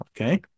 Okay